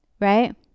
right